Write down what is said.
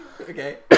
Okay